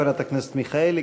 תודה, חברת הכנסת מיכאלי.